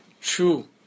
true